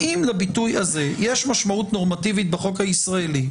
האם לביטוי הזה יש משמעות נורמטיבית בחוק הישראלי,